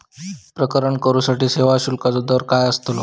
प्रकरण करूसाठी सेवा शुल्काचो दर काय अस्तलो?